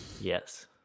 Yes